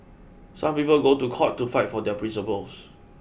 some people go to court to fight for their principles